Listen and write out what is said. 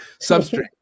Substrate